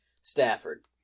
Stafford